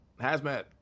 Hazmat